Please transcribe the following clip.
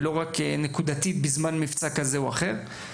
ולא רק נקודתית בזמן מבצע כזה או אחר.